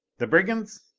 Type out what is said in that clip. the brigands?